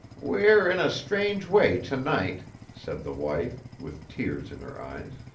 we're in a strange way, tonight said the wife, with tears in her eyes.